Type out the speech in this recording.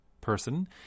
person